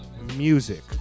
music